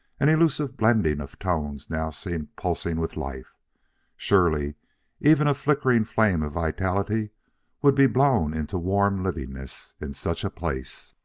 an elusive blending of tones now seemed pulsing with life surely even a flickering flame of vitality would be blown into warm livingness in such a place.